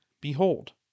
behold